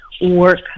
work